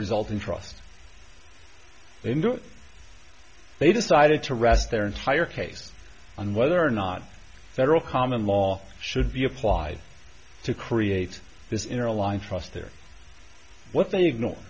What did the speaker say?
result in trust they decided to rest their entire case on whether or not federal common law should be applied to create this in a line trust there what they ignore